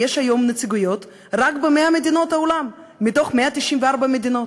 יש היום נציגויות רק ב-100 מדינות בעולם מתוך 194 מדינות,